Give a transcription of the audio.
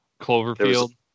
Cloverfield